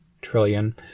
trillion